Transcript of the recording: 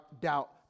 doubt